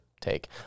take